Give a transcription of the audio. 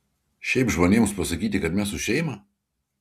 šiaip žmonėms pasakyti kad mes už šeimą